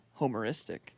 homeristic